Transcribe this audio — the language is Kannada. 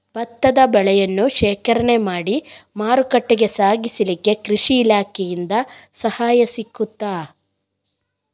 ಭತ್ತದ ಬೆಳೆಯನ್ನು ಶೇಖರಣೆ ಮಾಡಿ ಮಾರುಕಟ್ಟೆಗೆ ಸಾಗಿಸಲಿಕ್ಕೆ ಕೃಷಿ ಇಲಾಖೆಯಿಂದ ಸಹಾಯ ಸಿಗುತ್ತದಾ?